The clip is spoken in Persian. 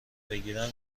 بگیرم